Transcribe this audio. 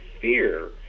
fear